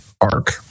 arc